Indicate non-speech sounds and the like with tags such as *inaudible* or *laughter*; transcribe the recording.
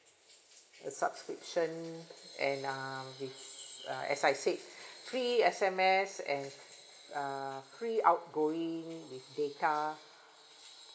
a subscription and uh with uh as I said free S_M_S and uh free outgoing with data *breath*